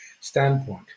standpoint